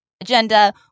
agenda